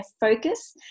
focus